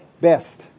best